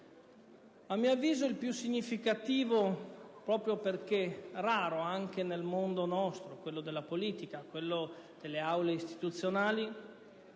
A mio avviso il più significativo, proprio perché raro anche nel mondo della politica e delle aule istituzionali,